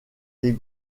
des